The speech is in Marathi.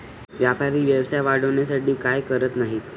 व्यापारी व्यवसाय वाढवण्यासाठी काय काय करत नाहीत